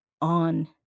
on